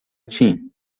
چین